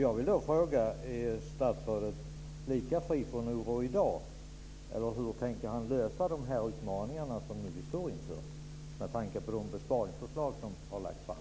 Jag vill då fråga: Är statsrådet lika fri från oro i dag, eller hur tänker han ta itu med de utmaningar som vi står inför med tanke på de besparingsförslag som har lagts fram?